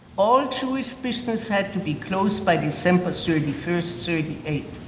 all jewish businesses had to be closed by december thirty first thirty eight.